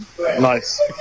Nice